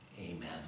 Amen